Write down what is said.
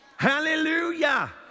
Hallelujah